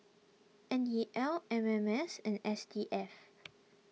N E L M M S and S D F